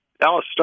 Dallas